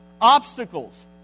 obstacles